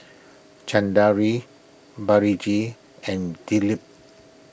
Balaji and Dilip